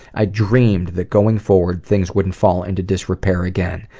i dreamed that going forward, things wouldn't fall into disrepair again.